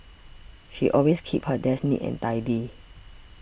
she always keeps her desk neat and tidy